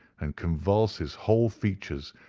and convulse his whole features,